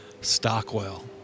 Stockwell